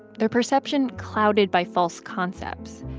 their perception clouded by false concepts.